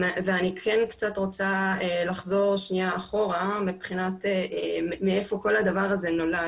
אני כן קצת רוצה לחזור אחורה מבחינת מאיפה כל הדבר הזה נולד.